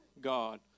God